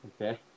Okay